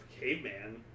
caveman